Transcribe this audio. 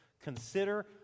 Consider